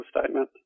statement